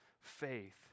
faith